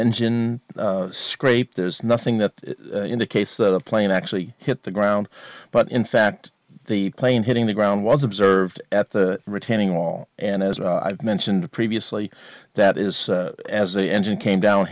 engine scrape there's nothing that indicates that the plane actually hit the ground but in fact the plane hitting the ground was observed at the retaining wall and as i've mentioned previously that is as the engine came down